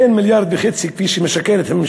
אין 1.5 מיליארד, כפי שהיא משקרת בהבטחותיה.